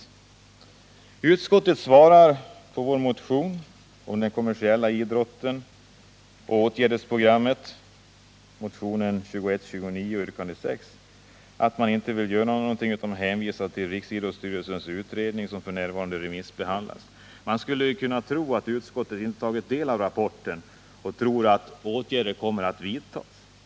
Onsdagen den Utskottet svarar på vår motion 2129 om den kommersiella idrotten och ett 28 mars 1979 åtgärdsprogram enligt yrkande 6 i motionen att man inte vill göra någonting utan hänvisar till riksidrottsstyrelsens utredning som f. n. remissbehandlas. Man skulle kunna tro att utskottet inte har tagit del av rapporten och tror att åtgärder kommer att vidtas.